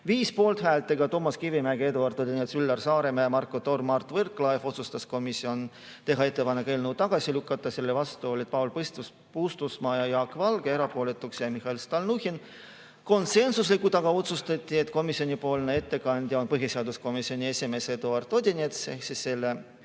5 poolthäälega – Toomas Kivimägi, Eduard Odinets, Üllar Saaremäe, Marko Torm ja Mart Võrklaev – otsustas komisjon teha ettepaneku eelnõu tagasi lükata. Selle vastu olid Paul Puustusmaa ja Jaak Valge, erapooletuks jäi Mihhail Stalnuhhin. Konsensuslikult aga otsustati, et komisjoni ettekandja on põhiseaduskomisjoni esimees Eduard Odinets, ehk selle